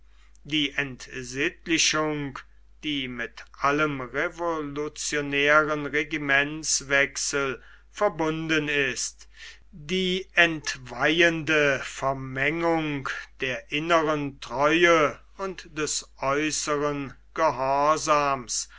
die entsittlichung die mit allem revolutionären regimentswechsel verbunden ist die entweihende vermengung der inneren treue und des äußeren gehorsams